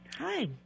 Hi